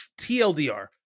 TLDR